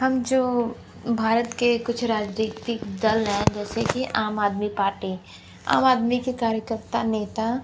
हम जो भारत के कुछ राजनीतिक दल है जैसे कि आम आदमी पार्टी आम आदमी के कार्यकर्ता नेता